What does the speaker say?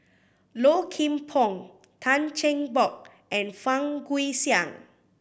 Low Kim Pong Tan Cheng Bock and Fang Guixiang